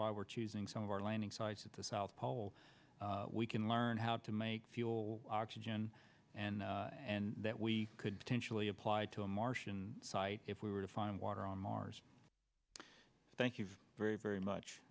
why we're choosing some of our landing sites at the south pole we can learn how to make fuel oxygen and and that we could potentially apply to a martian site if we were to find water on mars thank you very very much